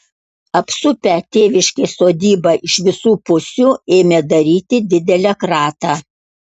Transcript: apsupę tėviškės sodybą iš visų pusių ėmė daryti didelę kratą